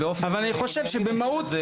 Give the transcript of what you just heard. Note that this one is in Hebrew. אבל אני אומר הפוך.